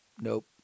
nope